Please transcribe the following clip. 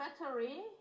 battery